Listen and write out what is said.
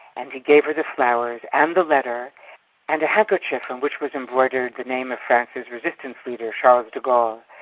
and he gave her the flowers and the letter and a handkerchief on which was embroidered the name of france's resistance leader, charles de gaulle.